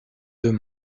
deux